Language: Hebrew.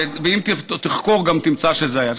ואם גם תחקור, גם תמצא שזה היה.